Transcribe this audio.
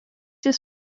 jis